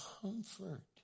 comfort